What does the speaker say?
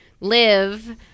live